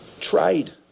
trade